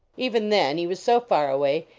even then, he was so far away,